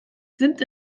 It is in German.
sind